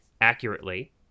accurately